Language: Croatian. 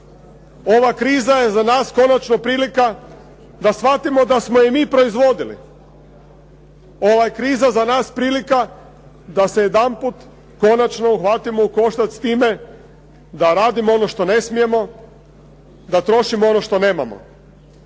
Ova kriza je za nas konačno prilika da shvatimo da smo je i mi proizvodili. Ova kriza je za nas prilika da se jedanput konačno uhvatimo u koštac s time da radimo ono što ne smijemo, da trošimo ono što nemamo.